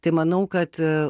tai manau kad